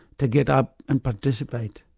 to get up and participate.